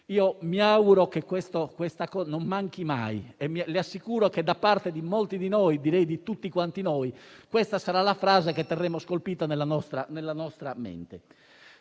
Mi auguro che questo faro non manchi mai e le assicuro che da parte di molti di noi, direi di tutti quanti noi, questa sarà la frase che terremo scolpita nella nostra mente.